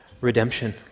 redemption